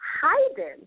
hiding